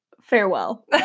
farewell